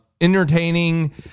Entertaining